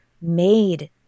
made